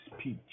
speech